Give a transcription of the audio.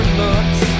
looks